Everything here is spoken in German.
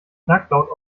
knacklaut